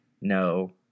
No